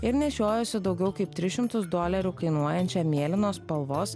ir nešiojosi daugiau kaip tris šimtus dolerių kainuojančią mėlynos spalvos